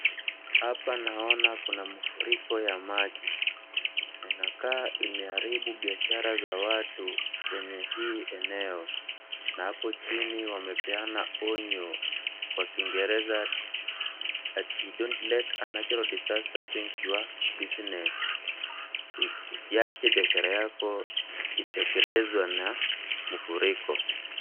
Hapa naona kuna mfuriko ya maji. Inakaa imeharibu biashara za watu kwenye hii eneo na hapo chini wamepeana onyo kwa kiingereza ati dont let a natural disaster sink your business . Usiache biashara yako itekelezwe na mfuriko.